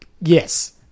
yes